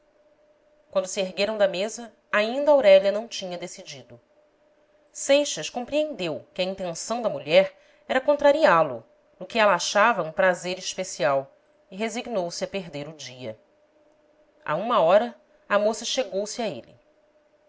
quando se ergueram da mesa ainda aurélia não tinha decidido seixas compreendeu que a intenção da mulher era con trariá lo no que ela achava um prazer especial e resignou-se a perder o dia à uma hora a moça chegou-se a ele